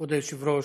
כבוד היושב-ראש,